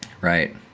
right